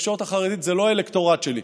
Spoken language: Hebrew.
זה לא האלקטורט שלי,